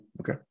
okay